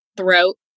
throat